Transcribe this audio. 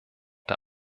der